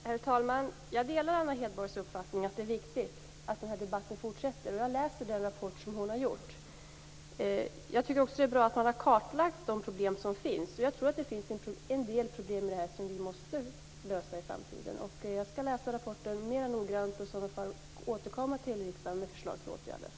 Herr talman! Jag delar Anna Hedborgs uppfattning att det är viktigt att debatten fortsätter. Jag läser den rapport som hon har gjort. Jag tycker också att det är bra att man har kartlagt de problem som finns. Jag tror att det finns en del problem här som vi måste lösa i framtiden. Jag skall läsa rapporten mer noggrant och återkomma till riksdagen med förslag till åtgärder.